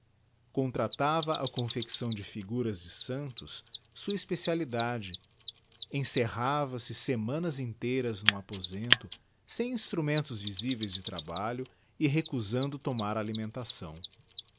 contractava a confecção de figuras de santos sua especialidade encerrava se semanas inteiras n'um aposento sem instrumentos visiveis de trabalho e recusando tomar alimentação